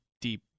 deep